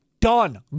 done